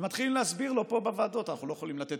מתחילים להסביר לו פה בוועדות: אנחנו לא יכולים לתת